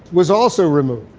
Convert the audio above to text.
was also removed.